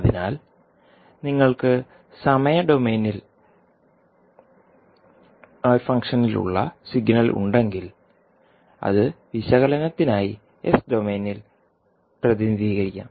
അതിനാൽ നിങ്ങൾക്ക് സമയ ഡൊമെയ്നിൽ ഫംഗ്ഷൻ ഉള്ള സിഗ്നൽ ഉണ്ടെങ്കിൽ അത് വിശകലനത്തിനായി എസ് ഡൊമെയ്നിൽ പ്രതിനിധീകരിക്കാം